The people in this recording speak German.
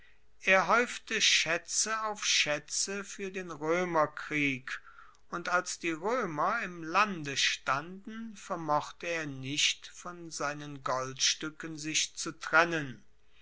er haeufte schaetze auf schaetze fuer den roemerkrieg und als die roemer im lande standen vermochte er nicht von seinen goldstuecken sich zu trennen